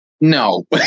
No